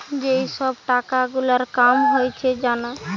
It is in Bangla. যেই সব টাকা গুলার কাম হয়েছে জানা